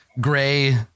gray